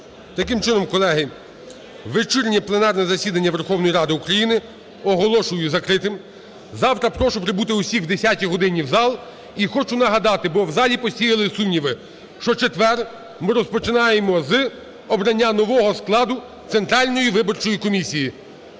Таким чином, колеги, вечірнє пленарне засідання Верховної Ради України оголошую закритим. Завтра прошу прибути всіх о 10 годині в зал. І хочу нагадати, бо в залі посіяли сумніви, що четвер ми розпочинаємо з обрання нового складу Центральної виборчої комісії,